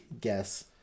guess